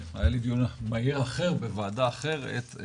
היה לי דיון מהיר אחר בוועדה אחרת.